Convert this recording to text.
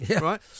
right